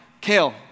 Kale